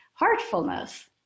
heartfulness